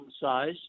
size